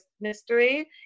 mystery